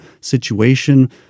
situation